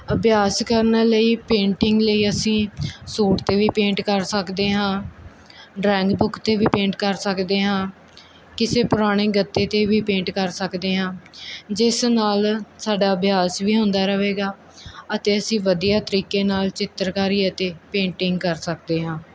ਅਭਿਆਸ ਕਰਨ ਲਈ ਪੇਂਟਿੰਗ ਲਈ ਅਸੀਂ ਸੂਟ 'ਤੇ ਵੀ ਪੇਂਟ ਕਰ ਸਕਦੇ ਹਾਂ ਡਰਾਇੰਗ ਬੁੱਕ 'ਤੇ ਵੀ ਪੇਂਟ ਕਰ ਸਕਦੇ ਹਾਂ ਕਿਸੇ ਪੁਰਾਣੇ ਗੱਤੇ 'ਤੇ ਵੀ ਪੇਂਟ ਕਰ ਸਕਦੇ ਹਾਂ ਜਿਸ ਨਾਲ ਸਾਡਾ ਅਭਿਆਸ ਵੀ ਹੁੰਦਾ ਰਹੇਗਾ ਅਤੇ ਅਸੀਂ ਵਧੀਆ ਤਰੀਕੇ ਨਾਲ ਚਿੱਤਰਕਾਰੀ ਅਤੇ ਪੇਂਟਿੰਗ ਕਰ ਸਕਦੇ ਹਾਂ